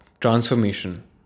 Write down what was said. Transformation